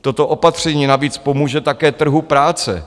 Toto opatření navíc pomůže také trhu práce.